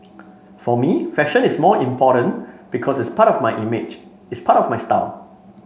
for me fashion is more important because it's part of my image it's part of my style